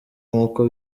nk’uko